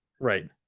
right